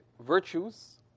virtues